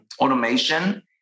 automation